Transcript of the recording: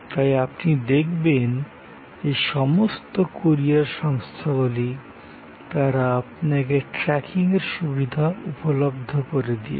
তাই আপনি দেখবেন যে সমস্ত কুরিয়ার সংস্থাগুলি তারা আপনাকে ট্র্যাকিংয়ের সুবিধা উপলব্ধ করে দিয়েছে